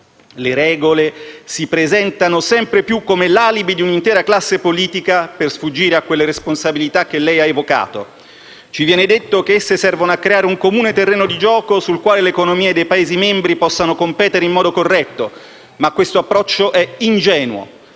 Le regole si presentano sempre più come l'alibi di un'intera classe politica per sfuggire a quelle responsabilità che lei ha evocato. Ci viene detto che esse servono a creare un comune terreno di gioco sul quale le economie dei Paesi membri possano competere in modo corretto, ma questo approccio è ingenuo.